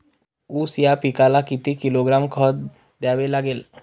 ऊस या पिकाला किती किलोग्रॅम खत द्यावे लागेल?